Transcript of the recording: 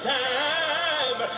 time